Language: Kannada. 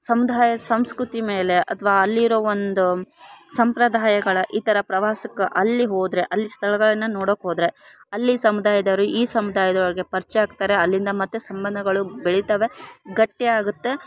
ಸಮುದಾಯ ಸಂಸ್ಕೃತಿ ಮೇಲೆ ಅಥ್ವಾ ಅಲ್ಲಿರೊ ಒಂದು ಸಂಪ್ರದಾಯಗಳ ಈ ಥರ ಪ್ರವಾಸಕ್ಕ ಅಲ್ಲಿ ಹೋದರೆ ಅಲ್ಲಿ ಸ್ಥಳಗಳನ್ನ ನೋಡೋಕೆ ಹೋದರೆ ಅಲ್ಲಿ ಸಮ್ದಾಯದವರು ಈ ಸಮ್ದಾಯ್ದ ಒಳಗೆ ಪರಿಚಯ ಆಗ್ತಾರೆ ಅಲ್ಲಿಂದ ಮತ್ತೆ ಸಂಬಂಧಗಳು ಬೆಳಿತವೆ ಗಟ್ಟಿಯಾಗುತ್ತೆ